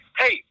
hey